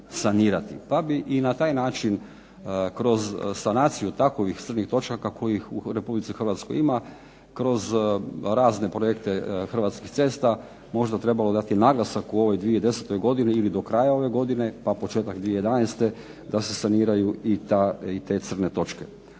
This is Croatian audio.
sanirati. Pa bi i na taj način kroz sanaciju takovih crnih točaka kojih u Republici Hrvatskoj ima kroz razne projekte Hrvatskih cesta možda trebalo dati naglasak u ovoj 2010. godini ili do kraja ove godine pa početak 2011. da se saniraju i te crne točke.